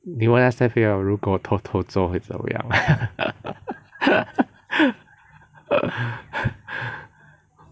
你问 S_F_A lor 如果偷做会怎么样